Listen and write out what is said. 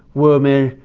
woman,